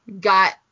got